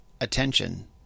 attention